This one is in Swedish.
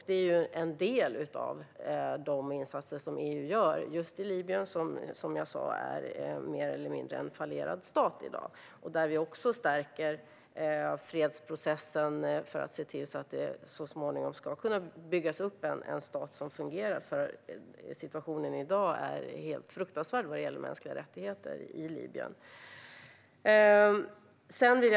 Detta är en del av de insatser som EU gör i Libyen, som precis som jag sa är en mer eller mindre fallerad stat i dag. Vi stärker fredsprocessen där för att se till att det så småningom ska kunna byggas upp en stat som fungerar, för situationen i dag vad gäller mänskliga rättigheter är helt fruktansvärd i Libyen.